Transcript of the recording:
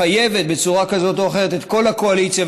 מחייבת בצורה כזאת או אחרת את כל הקואליציה,